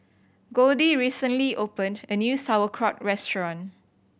Goldie recently opened a new Sauerkraut Restaurant